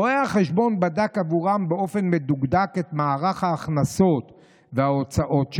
רואה החשבון בדק עבורם באופן מדוקדק את מערך ההכנסות וההוצאות שלהם,